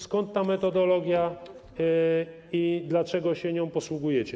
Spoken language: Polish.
Skąd ta metodologia i dlaczego się nią posługujecie?